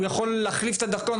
הוא יכול להחליף את הדרכון,